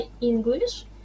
English